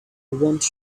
want